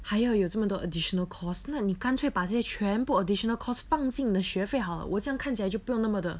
还有这么多 additional cost 呢你干脆把这些全部 additional costs 谤经的学费 ha 我想看起来就不要那么的